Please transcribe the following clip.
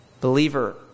Believer